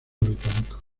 británicos